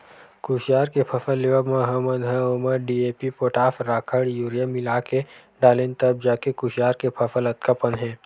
कुसियार के फसल लेवब म हमन ह ओमा डी.ए.पी, पोटास, राखड़, यूरिया मिलाके डालेन तब जाके कुसियार के फसल अतका पन हे